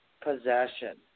Possession